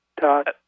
Todd